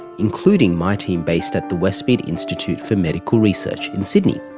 including my team based at the westmead institute for medical research in sydney.